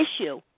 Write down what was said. issue